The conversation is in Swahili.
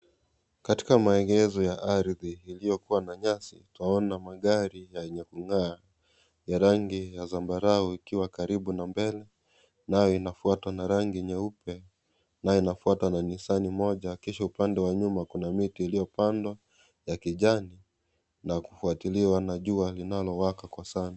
Katika maegezo ya ardhi iliyokuwa nyasi utaona magari ,ya rangi ya zambarau ikiwa karibu na mbele, nayo inafuatwa na rangi nyeupe nayo inafuatwa na (CS) nissan(CS) moja ,Kisha upande wa nyuma kuna miti iliyopandwa ya kijani na kufuatliwa na jua linalowaka Sana.